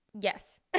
yes